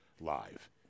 live